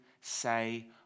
say